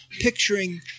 picturing